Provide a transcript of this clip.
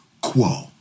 quo